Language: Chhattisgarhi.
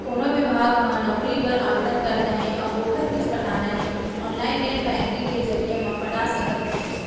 कोनो बिभाग म नउकरी बर आवेदन करना हे अउ ओखर फीस पटाना हे ऑनलाईन नेट बैंकिंग के जरिए म पटा सकत हे